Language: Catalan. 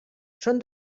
són